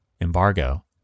embargo